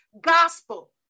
gospel